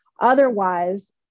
Otherwise